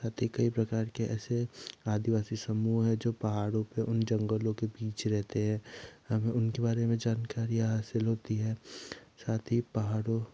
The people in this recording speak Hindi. साथ ही कई प्रकार की ऐसे आदिवासी समूह है जो पहाड़ों पे उन जंगलों के बीच रहते हैं हमें उन के बारे में जानकारियाँ हासिल होती है साथ ही पहाड़ों